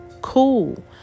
cool